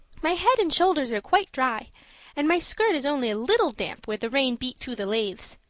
my head and shoulders are quite dry and my skirt is only a little damp where the rain beat through the lathes.